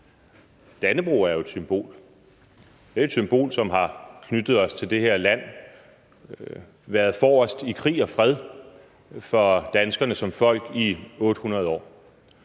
Dannebrog er jo et symbol. Det er et symbol, som har knyttet os til det her land og været forrest i krig og fred for danskerne som folk i 800 år.